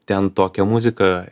ten tokia muzika